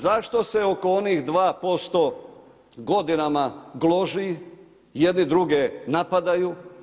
Zašto se oko onih 2% godinama loži, jedni druge napadaju.